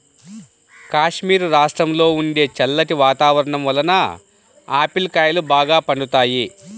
కాశ్మీరు రాష్ట్రంలో ఉండే చల్లటి వాతావరణం వలన ఆపిల్ కాయలు బాగా పండుతాయి